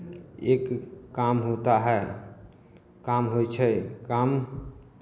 एक काम होता है काम होइ छै काम